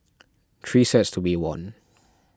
three sets to be won